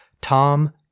Tom